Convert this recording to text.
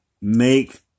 make